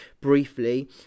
briefly